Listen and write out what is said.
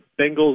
Bengals